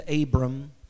Abram